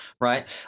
right